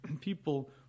people